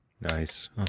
Nice